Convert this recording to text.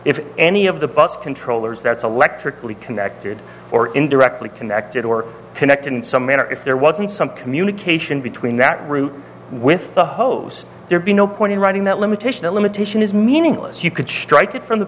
if any of the bus controllers that's electrically connected or indirectly connected or connected in some manner if there wasn't some communication between that route with the host there'd be no point in writing that limitation a limitation is meaningless you could strike it from the